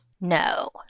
No